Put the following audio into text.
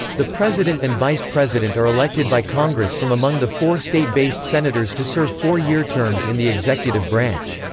the president and vice president are elected by congress from among the four state-based senators to serve four-year terms in the executive branch.